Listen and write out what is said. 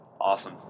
Awesome